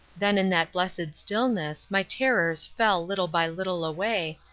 then in that blessed stillness my terrors fell little by little away,